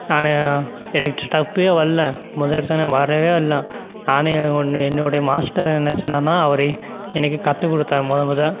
நான் எனக்கு ஸ்டெப்பே வரல மொதல் எடுத்தோன்னே வரவே இல்லை நானும் எனக்கு ஒன்று என்னுடைய மாஸ்டர் என்ன சொன்னாருன்னால் அவர் எனக்கு கற்றுக் கொடுத்தாரு மொதல் மொதல்